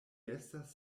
estas